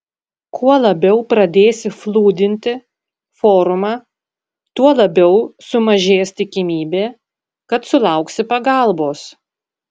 kuo labiau pradėsi flūdinti forumą tuo labiau sumažės tikimybė kad sulauksi pagalbos